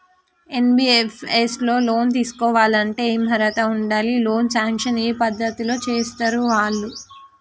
NBFS లో loan తీస్కోవాలంటే ఏం అర్హత ఉండాలి? లోన్ సాంక్షన్ ఏ పద్ధతి లో చేస్తరు వాళ్లు?